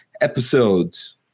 episodes